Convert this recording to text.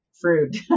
fruit